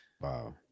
wow